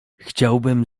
chciałbym